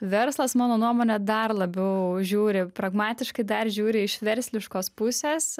verslas mano nuomone dar labiau žiūri pragmatiškai dar žiūri iš versliškos pusės